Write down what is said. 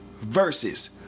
versus